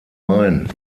main